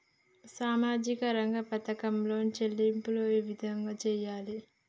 సామాజిక రంగ పథకాలలో చెల్లింపులు ఏ విధంగా చేయాలి?